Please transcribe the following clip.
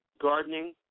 gardening